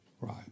right